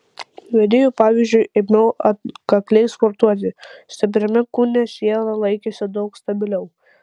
vedėjo pavyzdžiu ėmiau atkakliai sportuoti stipriame kūne siela laikėsi daug stabiliau